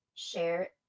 Share